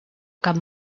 cap